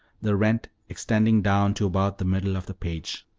the rent extending down to about the middle of the page.